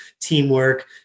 teamwork